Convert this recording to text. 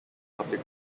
public